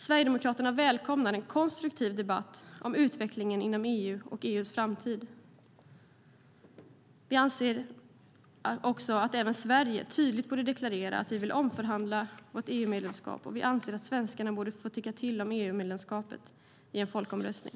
Sverigedemokraterna välkomnar en konstruktiv debatt om utvecklingen inom EU och om EU:s framtid. Vi anser att även Sverige tydligt borde deklarera att vi vill omförhandla vårt EU-medlemskap, och vi anser att svenskarna borde få tycka till om EU-medlemskapet i en folkomröstning.